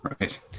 right